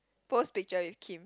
post picture with Kim